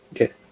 Okay